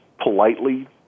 politely